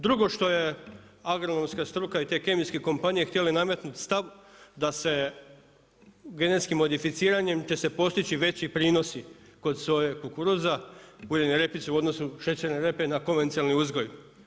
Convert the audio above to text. Drugo što je agronomska struka i te kemijske kompanije htjele nametnut stav da se genetskim modificiranjem će se postići veći prinosi kod soje, kukuruza, uljene repice u odnosu, šećerne repe na konvencijalni uzgoj.